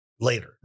later